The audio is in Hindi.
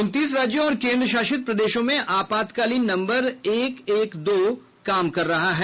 उनतीस राज्यों और केंद्रशासित प्रदेशों में आपातकालीन नंबर एक एक दो भी काम कर रहा है